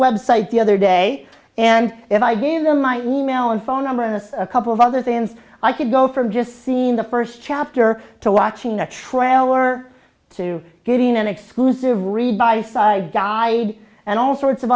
website the other day and if i gave them my email and phone number and a couple of other things i could go from just seen the first chapter to watching the trailer to getting an exclusive read by side guide and all sorts of